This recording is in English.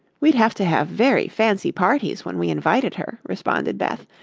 we'd have to have very fancy parties when we invited her, responded beth,